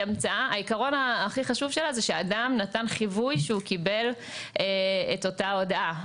העיקרון הכי חשוב שלה הוא שאדם נתן חיווי שהוא קיבל את אותה הודעה.